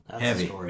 heavy